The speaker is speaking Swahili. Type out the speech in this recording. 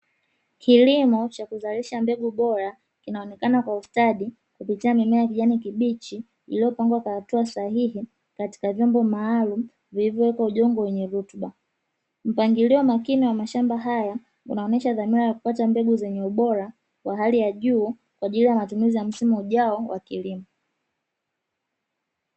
Kilimo cha kuzalisha mbegu bora kinaonekana kwa ustadi kupitia mimea ya kijani kibichi iliyopangwa kwa hatua sahihi katika vyombo maalumu vilivyowekwa udongo wenye rutuba. Mpangilio makini wa mashamba haya unaonyesha zamira ya kupata mbegu zenye ubora wa hali ya juu kwa ajili ya matumizi ya msimu ujao wa kilimo.